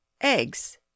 Eggs